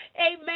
amen